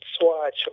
swatch